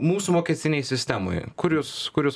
mūsų mokestinėj sistemoje kur jūs kur jūs